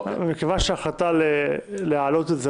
מכיוון שההחלטה להעלות את זה,